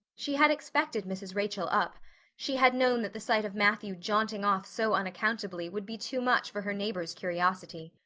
she had expected mrs. rachel up she had known that the sight of matthew jaunting off so unaccountably would be too much for her neighbor's curiosity.